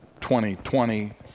2020